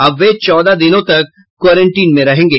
अब वे चौदह दिनों तक क्वारेंटीन में रहेंगे